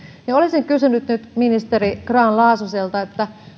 olisin nyt kysynyt ministeri grahn laasoselta